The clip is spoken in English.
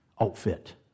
outfit